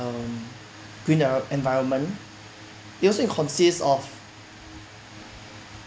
um green en~ environment it also consists of